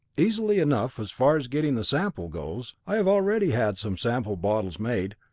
easily enough as far as getting the sample goes. i have already had some sample bottles made.